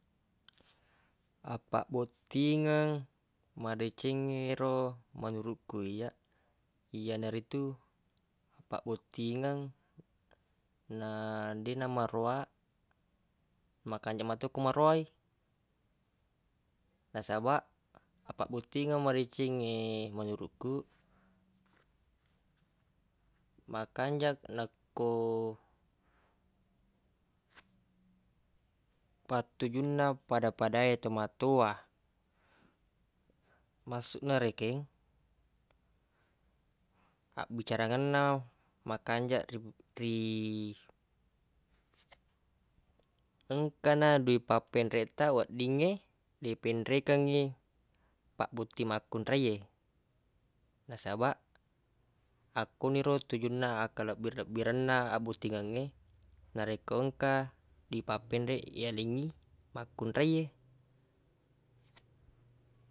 Apabbottingeng madecengngero menurukku iyyaq iyyanaritu apabbottingeng na deq namaroa makanjaq mato ko maroa i nasabaq apabottingeng madecengnge menurukku makanjaq nakko pattujunna pada-pada e tomatowa maksuqna rekeng abbicarangenna makanjaq ri- ri engkana dui pappenreq taq weddingnge le penrekengngi pabbotting makkunrei e nasabaq akko niro tujunna akkalebbire-lebbirenna abbotingengnge narekko engka dui papenreq yalengngi makkunrei e.